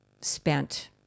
spent